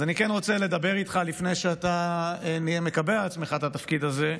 אז לפני שאתה מקבל על עצמך את התפקיד הזה,